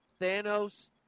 Thanos